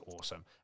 awesome